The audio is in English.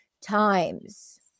times